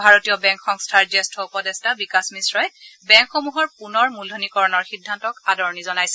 ভাৰতীয় বেংক সংস্থাৰ জ্যেষ্ঠ উপদেষ্টা বিকাশ মিশ্ৰই বেংকসমূহৰ পুনৰ মূলধনীকৰণৰ সিদ্ধান্তক আদৰণি জনাইছে